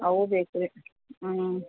ಅವು ಬೇಕು ರೀ ಹ್ಞೂ